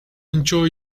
enjoy